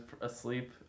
asleep